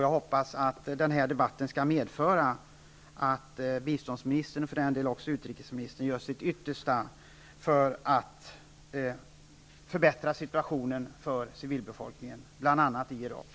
Jag hoppas att denna debatt medför att biståndsministern, och för den delen också utrikesministern, gör sitt yttersta för att förbättra situationen för civilbefolkningen i bl.a. Irak.